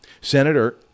Senator